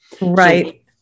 Right